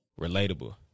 relatable